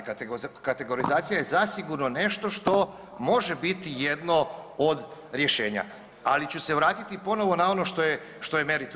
Kategorizacija je zasigurno nešto što može biti jedno od rješenja, ali ću se vratiti ponovo na ono što je meritum.